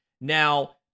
Now